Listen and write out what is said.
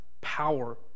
power